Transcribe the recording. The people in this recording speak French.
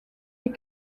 est